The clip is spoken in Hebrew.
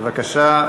בבקשה,